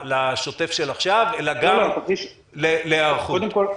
לשוטף של עכשיו אלא גם להיערכות -- עוד פעם,